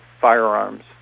firearms